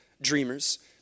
dreamers